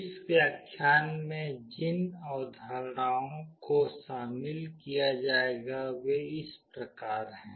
इस व्याख्यान में जिन अवधारणाओं को शामिल किया जाएगा वे इस प्रकार हैं